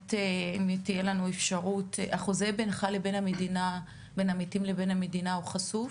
החוזה האם החוזה בין עמיתים לבין המדינה הוא חשוף?